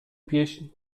pieśń